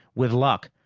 with luck,